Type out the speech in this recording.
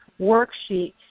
worksheet